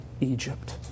Egypt